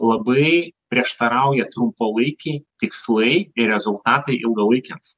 labai prieštarauja trumpalaikei tikslai ir rezultatai ilgalaikiams